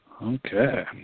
Okay